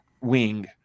wing